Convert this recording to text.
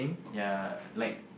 ya like